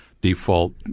default